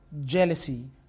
jealousy